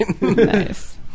Nice